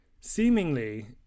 Seemingly